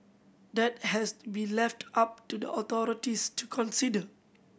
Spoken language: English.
that has to be left up to the authorities to consider